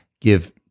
give